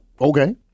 okay